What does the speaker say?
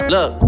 Look